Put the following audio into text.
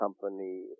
company